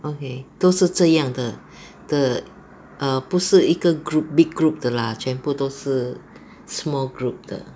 okay 都是这样的的 err 不是一个 group big group 的 lah 全部都是 small group 的